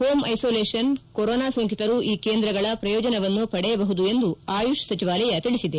home isolation corona ಸೋಂಕಿತರು ಈ ಕೇಂದ್ರಗಳ ಪ್ರಯೋಜನವನ್ನು ಪಡೆಯಬಹುದು ಎಂದು ಆಯುಷ್ ಸಚಿವಾಲಯ ತಿಳಿಸಿದೆ